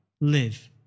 live